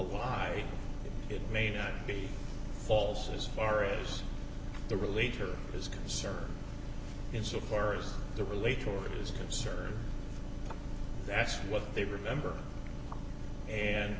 lie it may not be false as far as the relate or is concerned insofar as the relate or it is concerned that's what they remember and